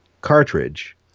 cartridge